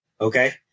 Okay